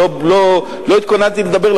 לא התכוננתי לדבר,